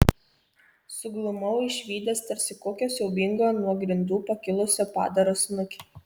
suglumau išvydęs tarsi kokio siaubingo nuo grindų pakilusio padaro snukį